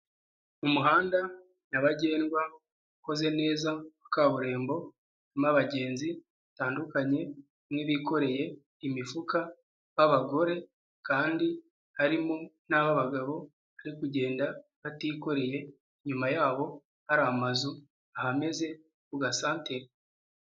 Umuhanda nyabagendwa ukoze neza wa kaburimbo, urimo abagenzi batandukanye, bamwe bikoreye imifuka b'abagore kandi harimo n'ab'abagabo, bari kugenda batikoreye, inyuma yabo hari amazu ahameze nko ku gasantire.